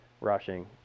rushing